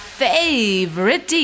favorite